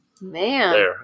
Man